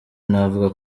navuga